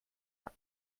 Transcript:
hat